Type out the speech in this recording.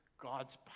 God's